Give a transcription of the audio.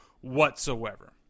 whatsoever